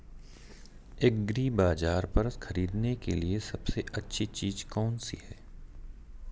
एग्रीबाज़ार पर खरीदने के लिए सबसे अच्छी चीज़ कौनसी है?